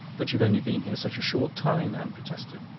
but you've only been here such a short time, anne protested.